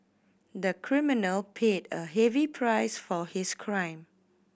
the criminal paid a heavy price for his crime